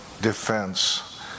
defense